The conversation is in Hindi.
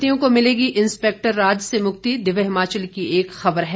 उद्योगपतियों को मिलेगी इंस्पेक्टर राज से मुक्ति दिव्य हिमाचल की एक खबर है